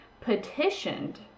petitioned